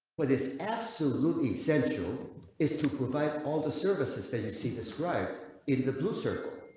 what is absolutely essential is to provide all the services that are see the scribe in the blue circle,